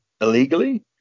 illegally